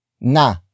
na